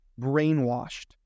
brainwashed